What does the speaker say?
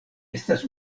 estas